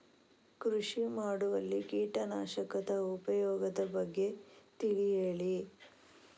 ಕೃಷಿ ಮಾಡುವಲ್ಲಿ ಕೀಟನಾಶಕದ ಉಪಯೋಗದ ಬಗ್ಗೆ ತಿಳಿ ಹೇಳಿ